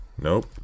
Nope